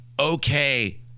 Okay